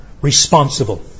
responsible